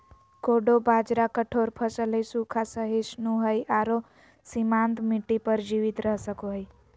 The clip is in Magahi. कोडो बाजरा कठोर फसल हइ, सूखा, सहिष्णु हइ आरो सीमांत मिट्टी पर जीवित रह सको हइ